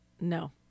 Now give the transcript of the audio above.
No